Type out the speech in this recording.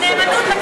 נאמנות למה?